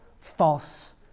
false